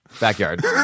Backyard